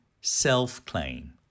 self-claim